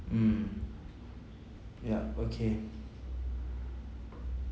mm yup okay